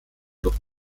durch